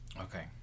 Okay